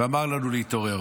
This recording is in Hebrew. ואמר לנו להתעורר.